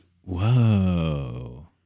Whoa